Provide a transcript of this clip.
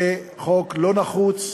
זה חוק לא נחוץ,